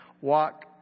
walk